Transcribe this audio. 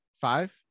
five